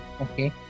Okay